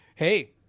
Hey